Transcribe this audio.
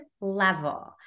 level